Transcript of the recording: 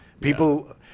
People